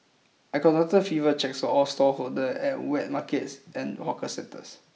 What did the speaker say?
I conducted fever checks all stallholder at wet markets and hawker centers